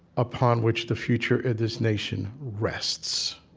upon which the future of this nation rests,